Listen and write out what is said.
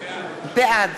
בעד